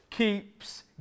keeps